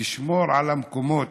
תשמור על המקומות